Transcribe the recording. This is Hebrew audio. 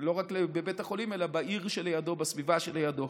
לא רק בבית החולים אלא בעיר שלידו, בסביבה שלידו.